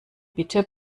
bitte